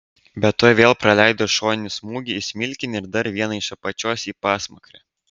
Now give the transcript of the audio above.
bet tuoj vėl praleido šoninį smūgį į smilkinį ir dar vieną iš apačios į pasmakrę